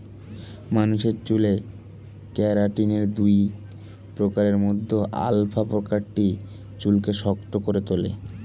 মানুষের চুলে কেরাটিনের দুই প্রকারের মধ্যে আলফা প্রকারটি চুলকে শক্ত করে তোলে